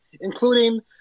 including